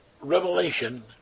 revelation